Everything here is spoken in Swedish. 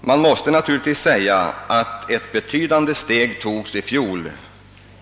Man måste naturligtvis säga att ett betydande steg togs i fjol